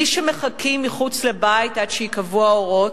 מי שמחכים מחוץ לבית עד שיכבו האורות,